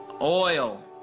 Oil